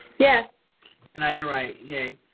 yes and ida wright, yay.